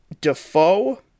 Defoe